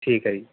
ਠੀਕ ਹੈ ਜੀ